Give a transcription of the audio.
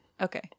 okay